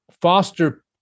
foster